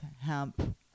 hemp